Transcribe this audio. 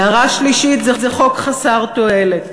הערה שלישית: זה חוק חסר תועלת.